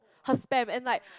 her spam and like